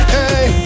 Hey